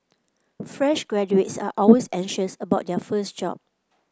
fresh graduates are always anxious about their first job